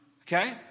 Okay